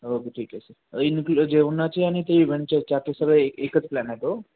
okay ठीक आहे sir include जेवणाचे आणि ते इव्हेंटचे चार्जेस सगळं एक एकच प्लॅन आहे तो